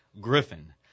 Griffin